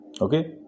okay